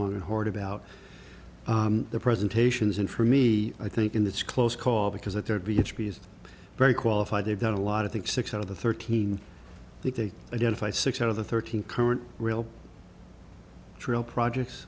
long and hard about the presentations in for me i think in this close call because that there'd be a very qualified they've done a lot of think six out of the thirteen i think they identify six out of the thirteen current real trail projects